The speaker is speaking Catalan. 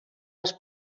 els